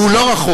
והוא לא רחוק.